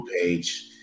page